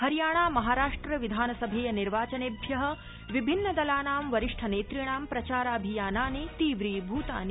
हरियाणा महाराष्ट्र विधानसभेय निर्वाचनेभ्य विभिन्न दलानां वरिष्ठ नेतृणां प्रचाराभियानानि तीव्रीभूतानि